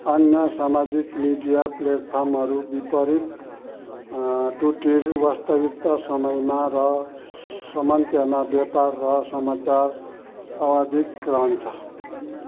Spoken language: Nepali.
अन्य सामाजिक मिडिया प्लेटफर्महरू विपरीत ट्विटर वास्तविक समयमा छ र सामान्यतया व्यापार र समाचारमा अद्यावधिक रहन्छ